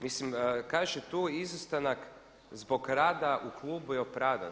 Mislim, kaže tu izostanak zbog rada u klubu je opravdan.